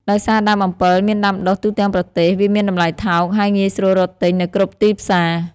ដោយសារដើមអំពិលមានដាំដុះទូទាំងប្រទេស វាមានតម្លៃថោក ហើយងាយស្រួលរកទិញនៅគ្រប់ទីផ្សារ។